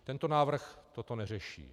Tento návrh toto neřeší.